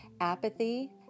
apathy